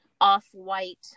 off-white